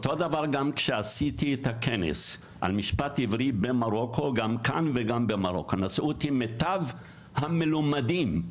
לכנס על משפט עברי במרוקו נסעו איתי מיטב המלומדים,